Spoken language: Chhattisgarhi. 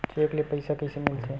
चेक ले पईसा कइसे मिलथे?